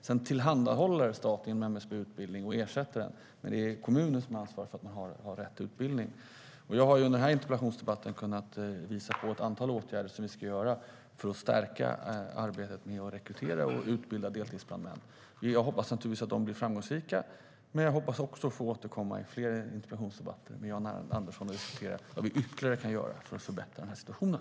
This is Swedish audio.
Genom MSB tillhandahåller staten utbildning, samt ersättning, men det är kommunerna som har ansvaret för att utbildningen är den rätta. Jag har visat på ett antal åtgärder som vi ska vidta för att stärka arbetet med att rekrytera och utbilda deltidsbrandmän. Jag hoppas naturligtvis att de blir framgångsrika, men jag hoppas också att få återkomma i fler interpellationsdebatter med Jan R Andersson och diskutera vad vi kan göra för att ytterligare förbättra situationen.